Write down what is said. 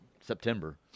September